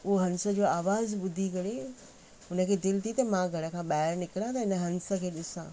उहो हंस जो आवाजु ॿुधी करे हुन खे दिलि थी त मां घर खां ॿाहिरि निकिरां त हिन हंस खे ॾिसां